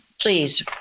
please